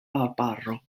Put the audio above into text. arbaro